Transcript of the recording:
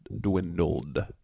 dwindled